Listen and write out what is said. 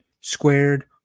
squared